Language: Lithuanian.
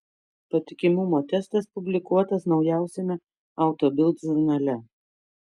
patikimumo testas publikuotas naujausiame auto bild žurnale